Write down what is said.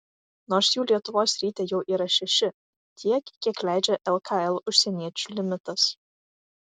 nors jų lietuvos ryte jau yra šeši tiek kiek leidžia lkl užsieniečių limitas